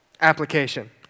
Application